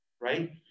right